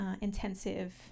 intensive